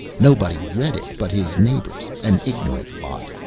nobody read it but his neighbors, an ignorant lot,